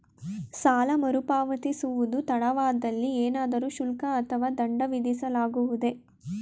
ಸಾಲ ಮರುಪಾವತಿಸುವುದು ತಡವಾದಲ್ಲಿ ಏನಾದರೂ ಶುಲ್ಕ ಅಥವಾ ದಂಡ ವಿಧಿಸಲಾಗುವುದೇ?